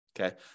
Okay